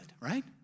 right